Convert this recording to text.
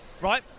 Right